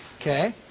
Okay